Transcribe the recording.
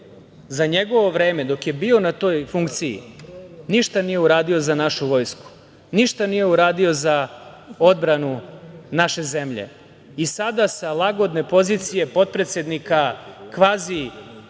za njegovo vreme, dok je bio na toj funkciji, ništa nije uradio za našu vojsku, ništa nije uradio za odbranu naše zemlje. I sada sa lagodne pozicije potpredsednika kvazi